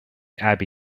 abby